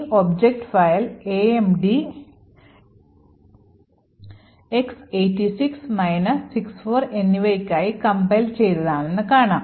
ഈ object file AMD X86 64 എന്നിവയ്ക്കായി compile ചെയ്തതാണെന്ന് കാണാം